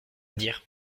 dire